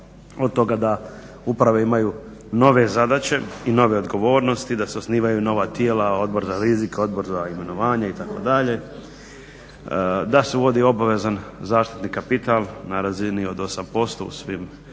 od toga da uprave imaju nove zadaće i nove odgovornosti, da se osnivaju nova tijela, odbor za rizike, odbor za imenovanja itd., da se uvodi obvezan zaštitni kapital na razini od 8% u svim kreditnim